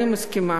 תודה רבה.